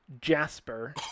Jasper